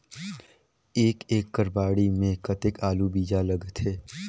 एक एकड़ बाड़ी मे कतेक आलू बीजा लगथे?